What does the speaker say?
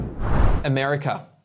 America